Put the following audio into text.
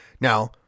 Now